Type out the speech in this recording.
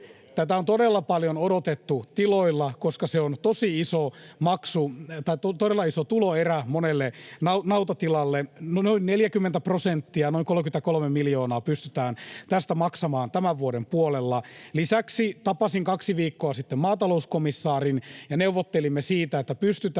Tätä on todella paljon odotettu tiloilla, koska se on todella iso tuloerä monelle nautatilalle. Noin 40 prosenttia, noin 33 miljoonaa, pystytään tästä maksamaan tämän vuoden puolella. Lisäksi tapasin kaksi viikkoa sitten maatalouskomissaarin, ja neuvottelimme siitä, että pystytään